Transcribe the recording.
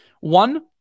one